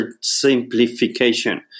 simplification